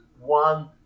one